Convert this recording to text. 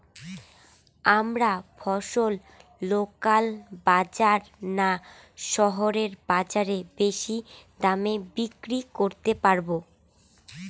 আমরা ফসল লোকাল বাজার না শহরের বাজারে বেশি দামে বিক্রি করতে পারবো?